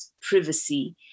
privacy